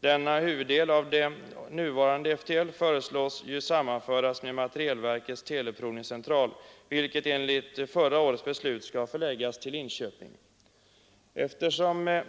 Denna huvuddel av det nuvarande FTL föreslås ju bli sammanförd med materielverkets teleprovningscentral, som enligt förra årets beslut skall förläggas till Linköping. Eftersom